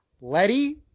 Letty